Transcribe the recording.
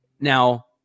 now